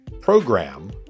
Program